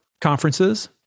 conferences